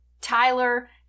Tyler